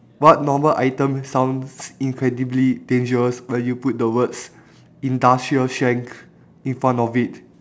what normal items sounds incredibly dangerous when you put the words industrial strength in front of it